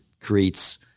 creates